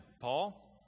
Paul